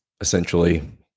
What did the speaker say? essentially